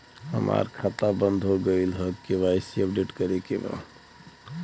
हमार खाता बंद हो गईल ह के.वाइ.सी अपडेट करे के बा?